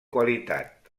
qualitat